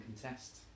contest